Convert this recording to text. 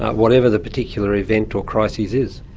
whatever the particular event or crises is.